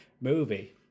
movie